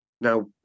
Now